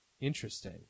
Interesting